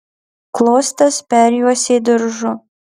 klostes perjuosė diržu